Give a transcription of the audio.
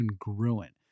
congruent